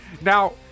Now